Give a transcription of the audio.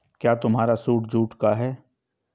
क्या तुम्हारा suit jute का है?